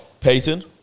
Payton